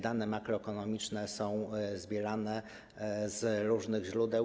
Dane makroekonomiczne są zbierane z różnych źródeł.